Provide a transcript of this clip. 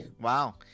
Wow